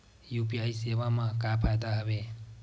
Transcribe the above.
UPI सेवा मा का फ़ायदा हवे?